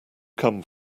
come